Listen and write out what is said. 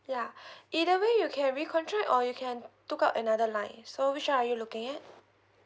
ya either way you can recontract or you can took up another line so which one are you looking at